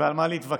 ועל מה להתווכח.